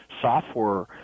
software